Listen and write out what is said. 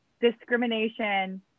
discrimination